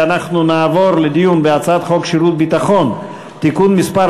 נעבור לדיון בהצעת חוק שירות ביטחון (תיקון מס'